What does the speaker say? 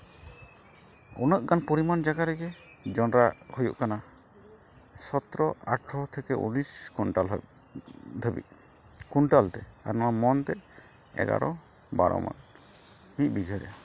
ᱩᱱᱟᱹᱜ ᱜᱟᱱ ᱯᱚᱨᱤᱢᱟᱱ ᱨᱮᱜᱮ ᱡᱚᱱᱰᱨᱟ ᱦᱩᱭᱩᱜ ᱠᱟᱱᱟ ᱥᱚᱛᱨᱚ ᱟᱴᱷᱨᱚ ᱛᱷᱮᱠᱮ ᱩᱱᱤᱥ ᱠᱩᱭᱱᱴᱟᱞ ᱫᱷᱟᱹᱵᱤᱡ ᱠᱩᱭᱱᱴᱟᱞᱛᱮ ᱟᱨ ᱢᱚᱱᱛᱮ ᱮᱜᱟᱨ ᱵᱟᱨᱚ ᱢᱚᱱ ᱢᱤᱫ ᱵᱤᱜᱷᱟᱹ ᱨᱮ